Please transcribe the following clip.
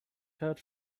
heard